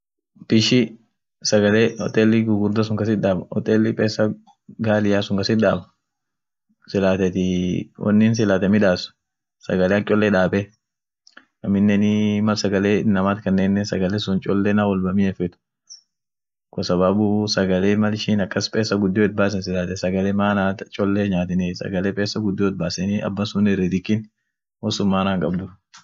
nam sagale kood ka otoolole gugurdaan sun wo hark hariifetu, kadibin maana gar yaati feda, duum mal sagale kotuuna yeden hark hariifete abansun feden sagale kaba gar ijeema feda, dumii sagale sun silaate hangafati fuute duftuu, haraka dufenuunif suut dansaai, hark hariifete aminen inaman akumin durduf akusun silaate sagale koodiif